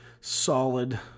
solid